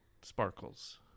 sparkles